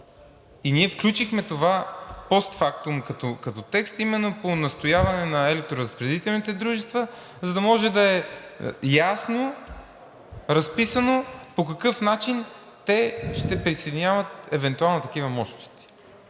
Ние включихме това постфактум като текст именно по настояване на електроразпределителните дружества, за да може да е ясно разписано по какъв начин те ще присъединяват евентуално такива мощности.